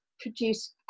produce